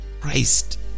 Christ